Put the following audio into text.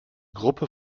gruppe